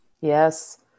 Yes